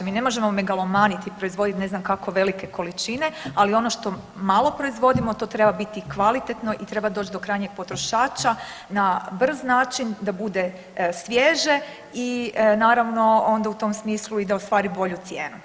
Mi ne možemo melagomanit i proizvodit ne znam kako velike količine, ali ono što malo proizvodimo to treba biti kvalitetno i treba doć do krajnjeg potrošača na brz način da bude svježe i naravno onda u tom smislu i da ostvari bolju cijenu.